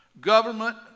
government